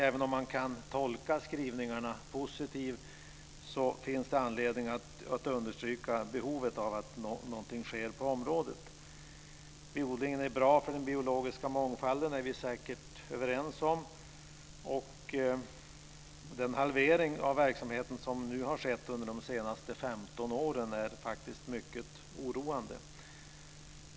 Även om man kan tolka skrivningarna positivt finns det anledning att understryka behovet av att någonting sker på området. Biodlingen är bra för den biologiska mångfalden. Det är vi säkert överens om. Den halvering av verksamheten som har skett under de senaste 15 åren är faktiskt mycket oroande.